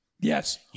Yes